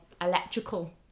electrical